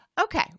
Okay